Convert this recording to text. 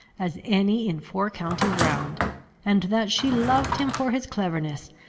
as any in four counties round and that she loved him for his cleverness,